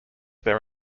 their